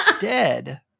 dead